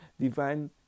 divine